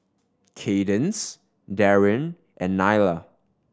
Kaydence Darin and Nylah